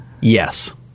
Yes